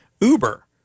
Uber